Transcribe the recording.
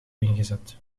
ingezet